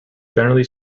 generally